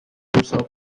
herself